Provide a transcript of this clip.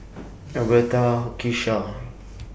Albertha Kisha